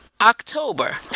October